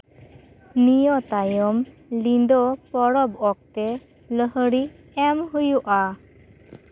ᱱᱤᱭᱟᱹ ᱛᱟᱭᱚᱢ ᱧᱤᱫᱟᱹ ᱯᱚᱨᱚᱵᱽ ᱚᱠᱛᱮ ᱞᱳᱦᱳᱨᱤ ᱮᱢ ᱦᱩᱭᱩᱜᱼᱟ